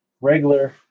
Regular